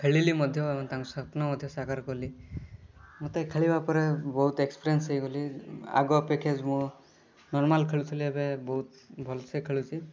ଖେଳିଲି ମଧ୍ୟ ତାଙ୍କ ସ୍ୱପ୍ନ ମଧ୍ୟ ସାକାର କଲି ମୋତେ ଖେଳିବାପରେ ବହୁତ ଏକ୍ସପିରେନ୍ସ ହେଇଗଲି ଆଗ ଅପେକ୍ଷା ମୁଁ ନର୍ମାଲ ଖେଳୁଥିଲି ଏବେ ବହୁତ ଭଲସେ ଖେଳୁଛି